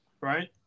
Right